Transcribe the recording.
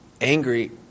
angry